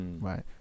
right